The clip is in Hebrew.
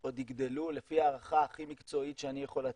עוד יגדלו לפי הערכה הכי מקצועית שאני יכול לתת.